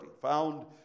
Found